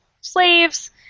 slaves